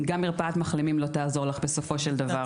גם מרפאת מחלימים לא תעזור לך בסופו של דבר.